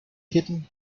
hidden